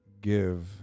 give